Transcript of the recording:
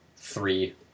three